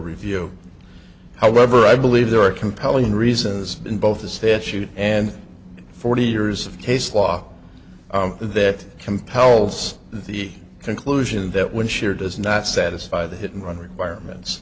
review however i believe there are compelling reasons in both the statute and forty years of case law that compels the conclusion that when share does not satisfy the hit and run requirements